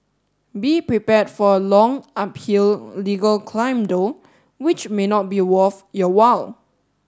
be prepared for a long uphill legal climb though which may not be worth your while